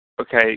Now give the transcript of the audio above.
Okay